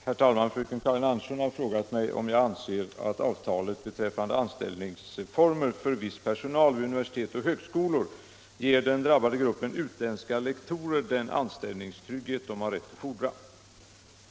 Herr talman! Fröken Karin Andersson har frågat mig om jag anser att avtalet beträffande anställningsformer för viss personal vid universitet och högskolor ger den drabbade gruppen utländska lektorer den anställningstrygghet de har rätt att fordra.